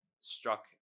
struck